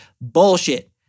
Bullshit